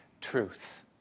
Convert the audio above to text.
truth